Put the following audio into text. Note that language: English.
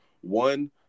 one –